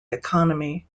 economy